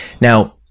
Now